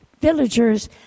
villagers